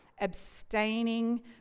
abstaining